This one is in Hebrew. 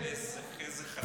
איזה חצוף.